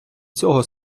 цього